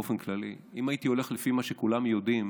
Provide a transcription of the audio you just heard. באופן כללי, אם הייתי הולך לפי מה שכולם יודעים,